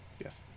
Yes